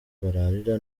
bararira